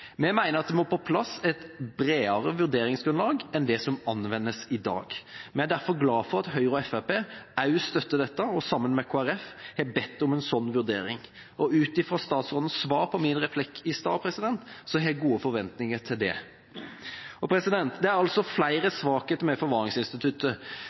det må på plass et bredere vurderingsgrunnlag enn det som anvendes i dag. Vi er derfor glad for at Høyre og Fremskrittspartiet også støtter dette og sammen med Kristelig Folkeparti har bedt om en slik vurdering, og ut fra statsrådens svar på min replikk i stad har jeg gode forventninger om det. Det er altså